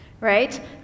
right